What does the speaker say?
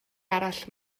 arall